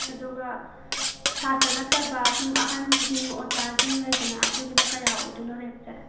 ꯑꯗꯨꯒ ꯁꯥꯇ꯭ꯔ ꯅꯠꯇꯕ ꯁꯨꯝ ꯑꯍꯟꯁꯤꯡ ꯑꯣꯖꯥꯁꯤꯡ ꯂꯩꯗꯅ ꯑꯗꯨꯒꯤꯅ ꯀꯌꯥ ꯑꯣꯏꯗꯣꯏꯅꯣ ꯔꯦꯠꯁꯦ